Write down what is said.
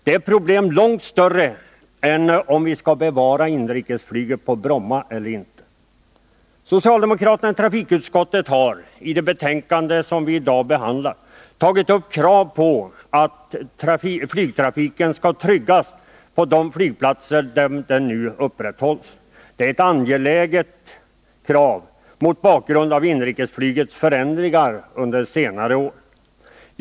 Det är problem långt större än frågan om vi skall bevara inrikesflyget på Bromma eller inte. Socialdemokraterna i trafikutskottet har i det betänkande vi i dag behandlar tagit upp krav på att flygtrafiken skall tryggas på de flygplatser där den nu upprätthålls. Det är ett angeläget krav mot bakgrund av inrikesflygets förändring under senare år.